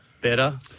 Better